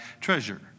treasure